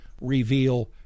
Reveal